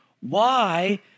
Why